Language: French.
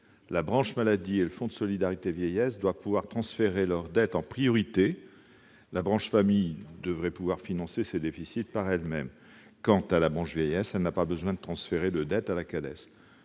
la branche maladie et le fonds de solidarité vieillesse, le FSV, doivent pouvoir transférer leur dette en priorité. La branche famille devrait pouvoir financer ses déficits par elle-même. Quant à la branche vieillesse, elle n'a pas besoin de transférer de dettes à la CADES.